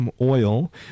oil